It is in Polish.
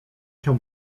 się